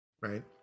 right